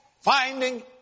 finding